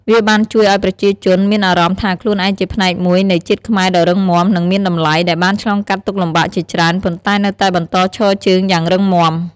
វាបានជួយឲ្យប្រជាជនមានអារម្មណ៍ថាខ្លួនជាផ្នែកមួយនៃ ជាតិខ្មែរដ៏រឹងមាំ និងមានតម្លៃ ដែលបានឆ្លងកាត់ទុក្ខលំបាកជាច្រើន ប៉ុន្តែនៅតែបន្តឈរជើងយ៉ាងរឹងមាំ។